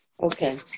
Okay